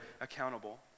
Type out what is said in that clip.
accountable